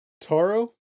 Taro